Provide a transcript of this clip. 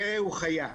הפרא הוא חיה.